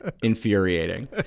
infuriating